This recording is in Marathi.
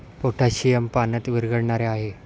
पोटॅशियम पाण्यात विरघळणारे आहे